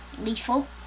lethal